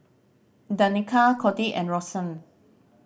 Danika Codi and Rosann